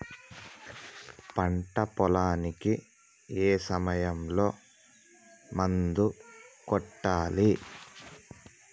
పంట పొలానికి ఏ సమయంలో మందులు కొట్టాలి?